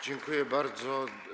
Dziękuję bardzo.